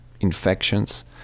infections